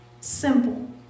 Simple